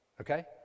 okay